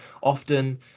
often